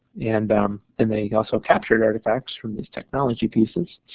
and um and they also captured artifacts from these technology pieces.